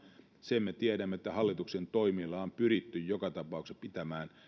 sen me tiedämme että hallituksen toimilla on pyritty joka tapauksessa pitämään